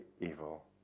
evil